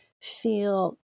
feel